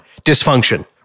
Dysfunction